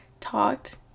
talked